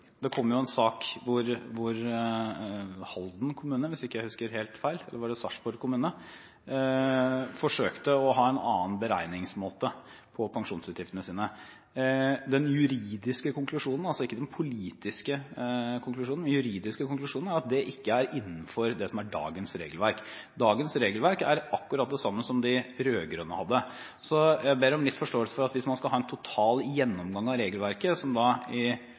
Det kommer en sak som gjelder Halden kommune, hvis jeg ikke husker helt feil – eller var det Sarpsborg kommune? – der man forsøkte å ha en annen beregningsmåte for pensjonsutgiftene sine. Den juridiske konklusjonen – altså ikke den politiske konklusjonen – er at det ikke er innenfor det som er dagens regelverk. Dagens regelverk er akkurat det samme som de rød-grønne hadde. Så jeg ber om litt forståelse for at hvis man skal ha en total gjennomgang av regelverket, som